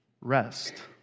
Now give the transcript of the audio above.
Rest